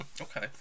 Okay